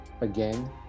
again